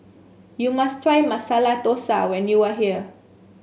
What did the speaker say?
you must try Masala Dosa when you are here